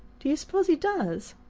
do you suppose he does?